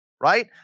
right